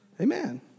Amen